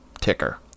ticker